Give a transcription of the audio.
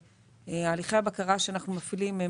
הליכי הבקרה שאנחנו מפעילים הם